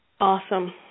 Awesome